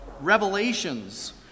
revelations